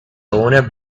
owner